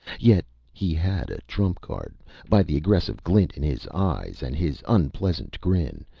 yet he had a trump card by the aggressive glint in his eyes, and his unpleasant grin,